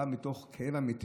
זה בא מתוך כאב אמיתי,